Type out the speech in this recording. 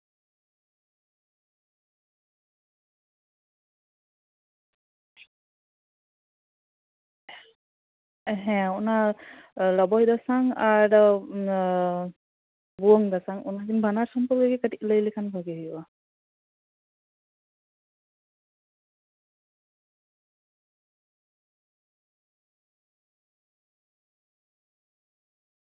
ᱦᱮᱸ ᱚᱱᱟ ᱞᱚᱵᱚᱭ ᱫᱟᱸᱥᱟᱭ ᱟᱨ ᱵᱷᱩᱣᱟᱹᱝ ᱫᱟᱸᱥᱟᱭ ᱚᱱᱟᱠᱤᱱ ᱵᱟᱱᱟᱨ ᱥᱚᱢᱯᱚᱨᱠᱮ ᱜᱮ ᱠᱟᱹᱴᱤᱡ ᱞᱟᱹᱭ ᱞᱮᱠᱷᱟᱱ ᱵᱷᱟᱹᱞᱤ ᱦᱩᱭᱩᱜᱼᱟ